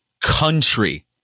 country